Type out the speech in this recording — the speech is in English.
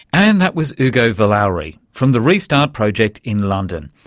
and that was ugo vallauri from the restart project in london,